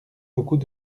beaucoup